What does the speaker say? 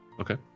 Okay